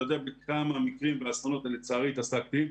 אתה יודע בכמה מקרים ואסונות לצערי התעסקתי,